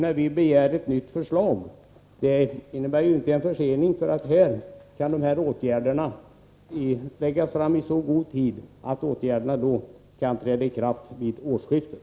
Att vi begär ett nytt förslag behöver inte innebära någon försening, för förslaget kan läggas fram i så god tid att åtgärderna kan träda i kraft vid årsskiftet.